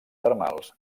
termals